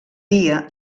dia